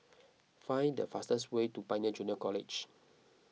find the fastest way to Pioneer Junior College